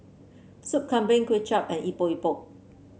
Sop Kambing Kuay Chap and Epok Epok